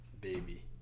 baby